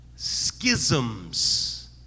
Schisms